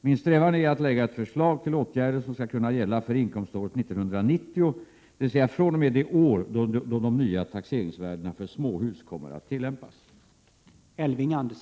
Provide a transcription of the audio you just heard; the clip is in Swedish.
Min strävan är att lägga ett förslag till åtgärder som skall kunna gälla för inkomståret 1990, dvs. fr.o.m. det år då de nya taxeringsvärdena för småhus kommer att tillämpas.